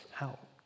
out